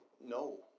no